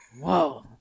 Whoa